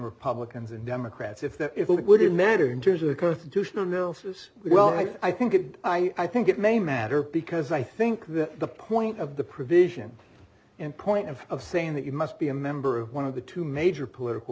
republicans and democrats if that it wouldn't matter in terms of a constitutional nel says well i think it i think it may matter because i think that the point of the provision and point of of saying that you must be a member of one of the two major political